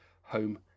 home